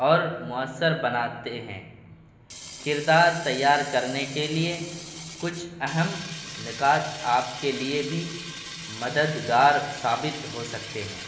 اور مؤثر بناتے ہیں کردار تیار کرنے کے لیے کچھ اہم نکات آپ کے لیے بھی مددگار ثابت ہو سکتے ہیں